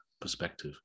perspective